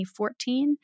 2014